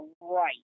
right